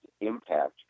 impact